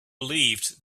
believed